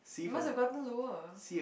you must have gotten lower